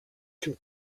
can